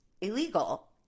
illegal